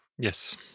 Yes